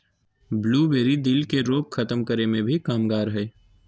blueberry, दिल के रोग खत्म करे मे भी कामगार हय